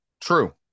True